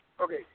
okay